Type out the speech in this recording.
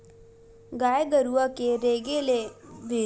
गाय गरुवा के रेगे ले बने सुग्घर अंकन ले ओखर घेंच के टेपरा बने बजत रहिथे